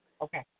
Okay